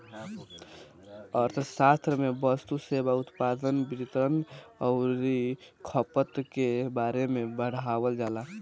अर्थशास्त्र में वस्तु, सेवा, उत्पादन, वितरण अउरी खपत के बारे में पढ़ावल जाला